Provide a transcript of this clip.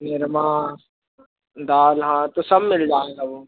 निर्मा दाल हाँ तो सब मिल जाएगा वो